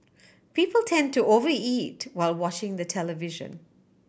people tend to over eat while watching the television